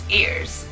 ears